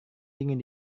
dingin